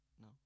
No